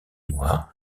mois